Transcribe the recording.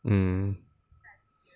mm